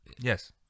Yes